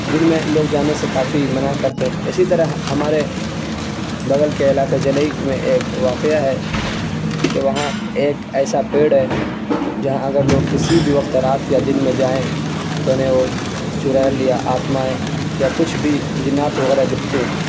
جن میں لوگ جانے سے کافی منع کرتے اسی طرح ہمارے بغل کے علاقے جنیک میں ایک واقعہ ہے کہ وہاں ایک ایسا پیڑ ہے جہاں اگر لوگ کسی بھی وقت رات یا دن میں جائیں تو انہیں وہ چڑیل یا آتمائیں یا کچھ بھی جنات وغیرہ دکھتے ہیں